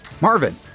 Marvin